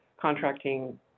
contracting